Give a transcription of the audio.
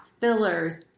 fillers